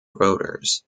voters